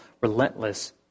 relentless